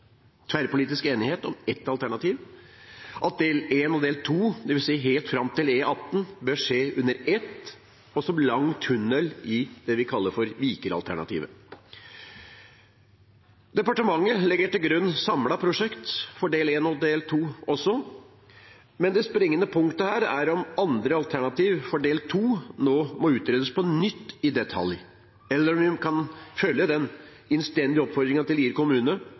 tverrpolitisk enighet om ett alternativ, at del 1 og del 2, dvs. helt fram til E18, bør bygges ut under ett, med lang tunnel, det vi kaller Vikeralternativet. Også departementet legger til grunn et samlet prosjekt for del 1 og del 2. Det springende punktet her er om andre alternativer for del 2 nå må utredes på nytt i detalj, eller om en kan følge den innstendige oppfordringen fra Lier kommune